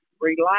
relax